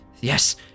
yes